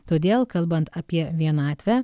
todėl kalbant apie vienatvę